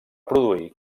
produir